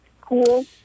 Cool